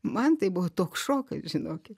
man tai buvo toks šokas žinokit